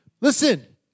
Listen